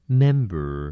member